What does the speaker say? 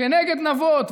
כנגד נבות.